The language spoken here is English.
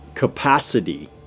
capacity